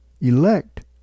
elect